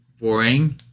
boring